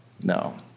no